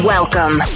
Welcome